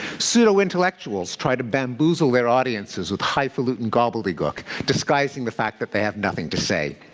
pseudo-intellectuals try to bamboozle their audiences with highfalutin gobbledygook, disguising the fact that they have nothing to say.